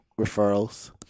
referrals